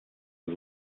and